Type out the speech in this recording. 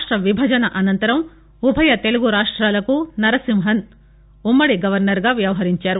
రాష్ట్ర విభజన అనంతరం ఉభయ తెలుగు రాష్టాలకు నరసింహన్ ఉమ్మడి గవర్నర్గా వ్యవహించారు